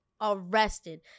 arrested